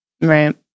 Right